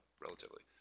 relatively